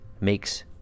makes